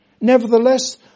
Nevertheless